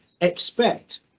expect